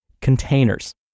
containers